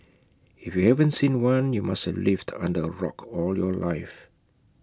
if you haven't seen one you must have lived under A rock all your life